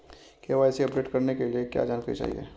KYC update करने के लिए क्या जानकारी चाहिए?